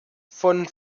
von